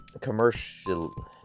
commercial